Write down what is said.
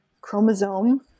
chromosome